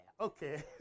okay